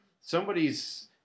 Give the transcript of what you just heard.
somebody's